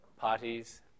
parties